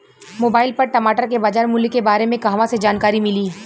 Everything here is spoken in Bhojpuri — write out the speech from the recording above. मोबाइल पर टमाटर के बजार मूल्य के बारे मे कहवा से जानकारी मिली?